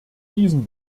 diesem